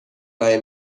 لای